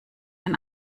ein